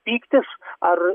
pyktis ar